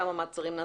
כמה מעצרים,